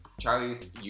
Charlie's